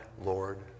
Lord